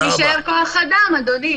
אם יישאר כוח אדם, אדוני.